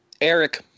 Eric